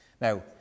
now